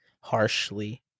Harshly